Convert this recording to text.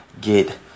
get